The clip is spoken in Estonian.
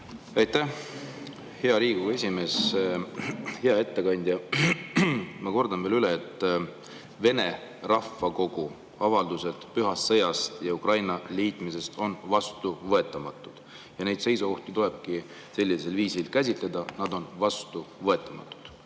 Aitäh, hea Riigikogu esimees! Hea ettekandja! Ma kordan veel üle, et vene rahvakogu avaldused pühast sõjast ja Ukraina [Venemaaga] liitmisest on vastuvõetamatud ja neid seisukohti tulebki sellisel viisil käsitleda, et nad on vastuvõetamatud.